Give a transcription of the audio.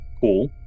Cool